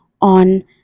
on